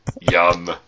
Yum